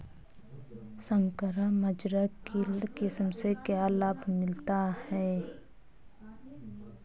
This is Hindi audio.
संकर बाजरा की किस्म से क्या लाभ मिलता है?